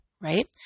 right